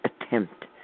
attempt